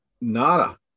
nada